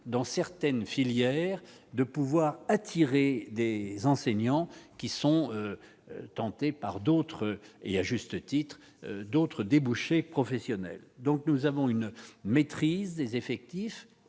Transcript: dans certaines filières de pouvoir attirer des enseignants qui sont tentés par d'autres et à juste titre d'autres débouchés professionnels, donc nous avons une maîtrise des effectifs